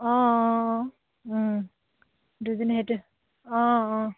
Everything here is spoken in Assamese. অঁ অঁ অঁ সেইটোৱে অঁ অঁ